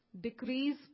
decrease